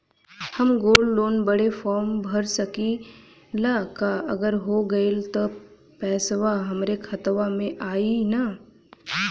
हम gold loan बड़े form भर सकी ला का अगर हो गैल त पेसवा हमरे खतवा में आई ना?